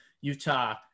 Utah